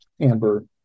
amber